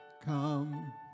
come